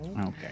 Okay